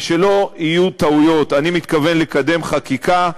ושלא יהיו טעויות: אני מתכוון לקדם חקיקה,